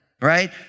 right